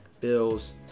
Bills